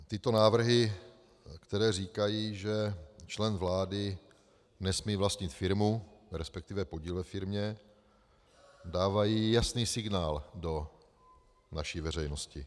Tyto návrhy, které říkají, že člen vlády nesmí vlastnit firmu, resp. podíl ve firmě, dávají jasný signál do naší veřejnosti.